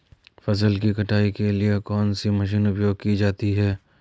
फसल की कटाई के लिए कौन सी मशीन उपयोग की जाती है?